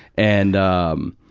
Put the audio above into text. and, um,